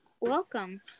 Welcome